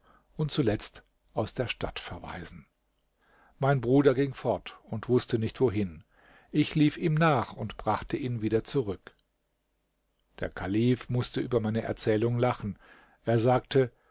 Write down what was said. und zuletzt aus der stadt verweisen mein bruder ging fort und wußte nicht wohin ich lief ihm nach und brachte ihn wieder zurück der kalif mußte über meine erzählung lachen er sagte